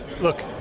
look